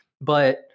But-